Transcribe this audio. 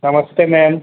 नमस्ते मैम